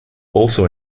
also